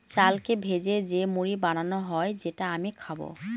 চালকে ভেজে যে মুড়ি বানানো হয় যেটা আমি খাবো